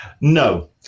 No